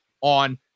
on